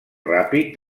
ràpid